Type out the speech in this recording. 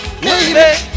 Baby